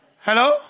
Hello